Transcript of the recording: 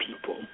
people